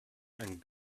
and